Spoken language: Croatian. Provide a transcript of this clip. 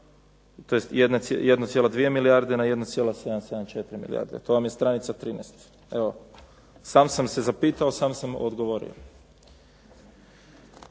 sa 1,2 milijarde na 1,774 milijarde. To vam je stranica 13, evo sam sam se zapitao, sam sam odgovorio.